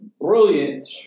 brilliant